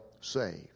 saved